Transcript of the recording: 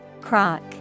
Croc